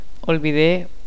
olvidé